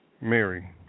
Mary